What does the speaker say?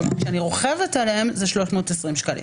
כלומר, כשאני רוכבת עליהם זה 320 ש"ח.